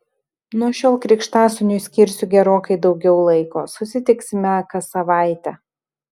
nuo šiol krikštasūniui skirsiu gerokai daugiau laiko susitiksime kas savaitę